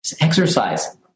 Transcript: Exercise